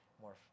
more